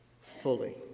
fully